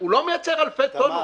לא מייצר אלפי טונות.